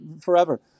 forever